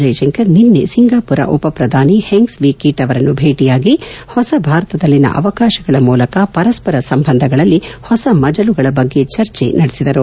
ಜೈಶಂಕರ್ ನಿನ್ನೆ ಸಿಂಗಾಪುರ ಉಪಪ್ರಧಾನಿ ಹೆಂಗ್ ಸ್ವೀ ಕೀಟ್ ಅವರನ್ನು ಭೇಟಿಯಾಗಿ ಹೊಸ ಭಾರತದಲ್ಲಿನ ಅವಕಾಶಗಳ ಮೂಲಕ ಪರಸ್ಪರ ಸಂಬಂಧಗಳಲ್ಲಿ ಹೊಸ ಮಜಲುಗಳ ಬಗ್ಗೆ ಚರ್ಚೆ ನಡೆಸಿದರು